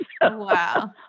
Wow